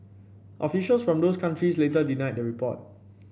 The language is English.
officials from those countries later denied the report